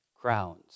crowns